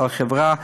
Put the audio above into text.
בעל חברה,